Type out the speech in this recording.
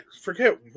forget